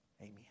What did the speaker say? Amen